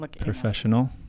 professional